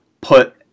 put